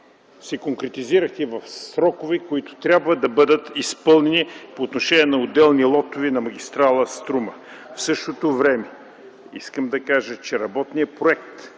се конкретизирахте в срокове, които трябва да бъдат изпълнени по отношение на отделни лотове на магистрала „Струма”. В същото време искам да кажа, че работният проект